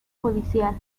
judicial